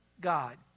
God